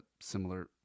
similar